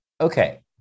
Okay